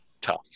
tough